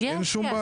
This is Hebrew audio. אין בעיה.